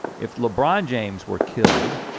if lebron james were killed,